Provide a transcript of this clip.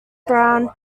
brown